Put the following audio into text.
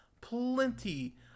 plenty